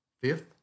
Fifth